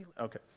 Okay